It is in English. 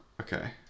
Okay